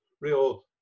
real